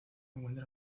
encuentra